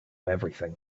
everything